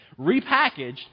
repackaged